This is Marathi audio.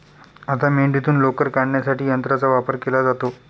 आता मेंढीतून लोकर काढण्यासाठी यंत्राचा वापर केला जातो